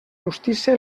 justícia